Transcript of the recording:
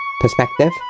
Perspective